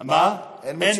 אין מצ'ינג.